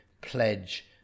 pledge